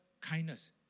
kindness